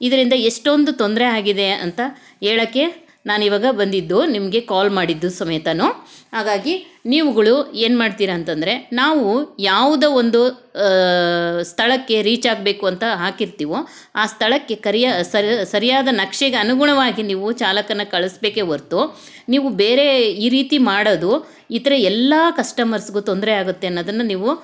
ಇದರಿಂದ ಎಷ್ಟೊಂದು ತೊಂದರೆ ಆಗಿದೆ ಅಂತ ಹೇಳಕ್ಕೆ ನಾನು ಇವಾಗ ಬಂದಿದ್ದು ನಿಮಗೆ ಕಾಲ್ ಮಾಡಿದ್ದು ಸಮೇತ ಹಾಗಾಗಿ ನೀವುಗಳು ಏನು ಮಾಡ್ತೀರ ಅಂತಂದರೆ ನಾವು ಯಾವುದೇ ಒಂದು ಸ್ಥಳಕ್ಕೆ ರಿಚಾಗಬೇಕು ಅಂತ ಹಾಕಿರ್ತೀವೋ ಆ ಸ್ಥಳಕ್ಕೆ ಕರಿಯ ಸರಿಯಾದ ನಕ್ಷೆಗೆ ಅನುಗುಣವಾಗಿ ನೀವು ಚಾಲಕನ್ನ ಕಳಿಸ್ಬೇಕೇ ಹೊರ್ತು ನೀವು ಬೇರೆ ಈ ರೀತಿ ಮಾಡೋದು ಇತರ ಎಲ್ಲ ಕಸ್ಟಮರ್ಸ್ಗೂ ತೊಂದರೆ ಆಗುತ್ತೆ ಅನ್ನೋದನ್ನು ನೀವು